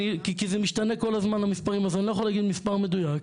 כי זה משתנה כל הזמן המספרים אז אני לא יכול להגיד מספר מדיוק,